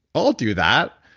i'll do that.